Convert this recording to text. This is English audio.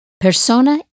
Persona